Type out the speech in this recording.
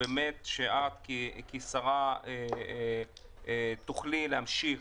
שבאמת שאת כשרה תוכלי להמשיך